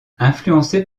influencée